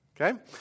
Okay